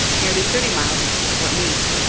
nearly thirty miles east of fort meigs.